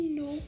no